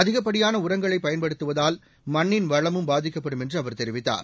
அதிகப்படியான உரங்களை பயன்படுத்துவதால் மண்ணின் வளமும் பாதிக்கப்படும் என்று அவர் தெரிவித்தார்